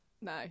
No